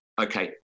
okay